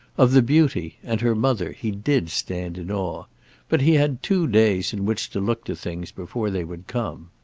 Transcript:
of the beauty and her mother he did stand in awe but he had two days in which to look to things before they would come.